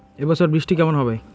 এবছর বৃষ্টি কেমন হবে?